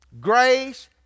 Grace